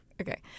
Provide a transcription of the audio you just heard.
Okay